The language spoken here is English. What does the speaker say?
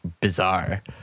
bizarre